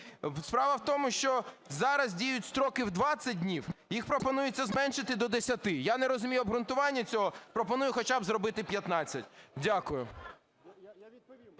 Справа в тому, що зараз діють строки в 20 днів, їх пропонується зменшити до 10. Я не розумію обґрунтування цього, пропоную хоча б зробити 15. Дякую.